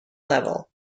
level